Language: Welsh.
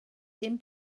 dim